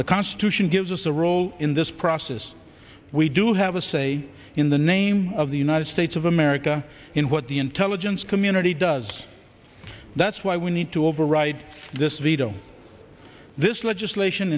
the constitution gives us a role in this process we do have a say in the name of the united states of america in what the intelligence community does that's why we need to override this veto this legislation